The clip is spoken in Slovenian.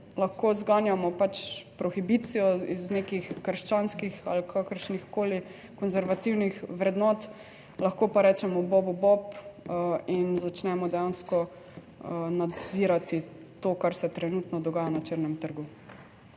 lahko zganjamo pač prohibicijo iz nekih krščanskih ali kakršnihkoli konservativnih vrednot, lahko pa rečemo bobu bob in začnemo dejansko nadzirati to, kar se trenutno dogaja na črnem trgu.